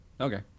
Okay